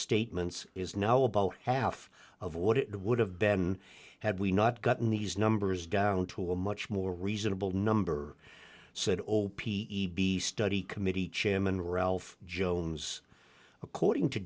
statements is now about half of what it would have ben had we not gotten these numbers down to a much more reasonable number said all p e b study committee chairman ralph jones according to